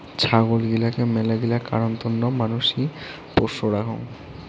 ছাগল গিলাকে মেলাগিলা কারণ তন্ন মানসি পোষ্য রাখঙ